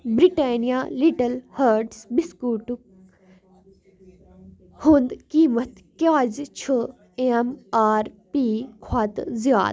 Britannia little hearts بِسکوٗٹُک ہُنٛد قیٖمتھ کیٛازِ چھُ اٮ۪م آر پی کھۄتہٕ زِیادٕ